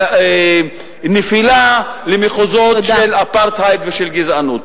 ומנפילה למחוזות של אפרטהייד ושל גזענות.